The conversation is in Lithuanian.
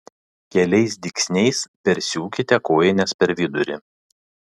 keliais dygsniais persiūkite kojines per vidurį